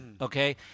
okay